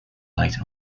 light